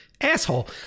asshole